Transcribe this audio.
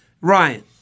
Ryan